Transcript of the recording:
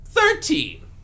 Thirteen